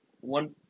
one